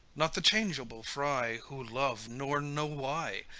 not the changeable fry who love, nor know why,